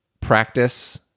Practice